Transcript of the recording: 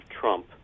Trump